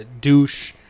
douche